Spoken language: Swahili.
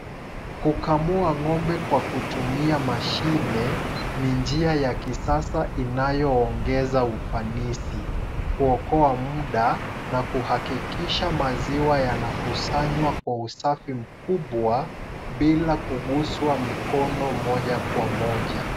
Kukamua ng'ombe kwa kutumia mashine ni njia ya kisasa inayoongeza ufanisi, kuokoa muda na kuhakikisha maziwa yanakusanywa kwa usafi mkubwa bila kuguswa mikono moja kwa moja.